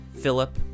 Philip